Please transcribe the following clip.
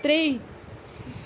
ترٛے